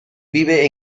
vive